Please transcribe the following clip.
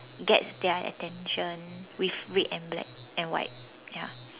gets their attention with red and black and white ya